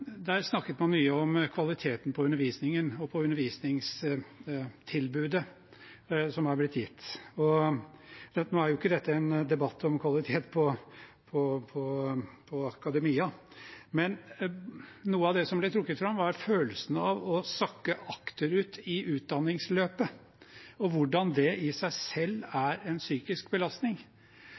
undervisningen og på undervisningstilbudet som har blitt gitt. Nå er ikke dette en debatt om kvalitet på akademia, men noe av det som ble trukket fram, var følelsen av å sakke akterut i utdanningsløpet, og hvordan det i seg selv er en psykisk belastning.